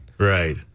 Right